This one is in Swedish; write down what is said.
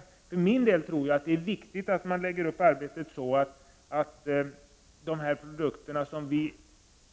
Jag för min del tror att det är viktigt att man lägger upp arbetet så att man djupare analyserar de produkter som vi